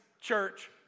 church